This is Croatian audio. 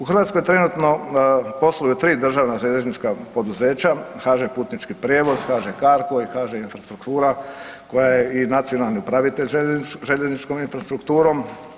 U Hrvatskoj trenutno posluju 3 državna željeznička poduzeća, HŽ Putnički prijevoz, HŽ Cargo i HŽ Infrastruktura koja je i nacionalni upravitelj željezničkom infrastrukturom.